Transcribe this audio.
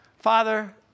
Father